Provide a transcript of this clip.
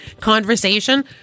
conversation